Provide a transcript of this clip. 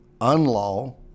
unlaw